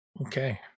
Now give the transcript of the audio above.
Okay